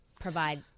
provide